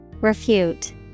Refute